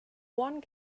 one